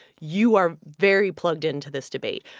you are very plugged into this debate.